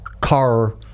car